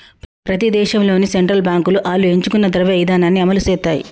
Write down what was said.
ప్రతి దేశంలోనూ సెంట్రల్ బాంకులు ఆళ్లు ఎంచుకున్న ద్రవ్య ఇదానాన్ని అమలుసేత్తాయి